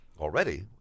already